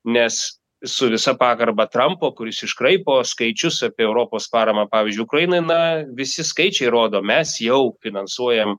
nes su visa pagarba trampo kuris iškraipo skaičius apie europos paramą pavyzdžiui ukrainai na visi skaičiai rodo mes jau finansuojam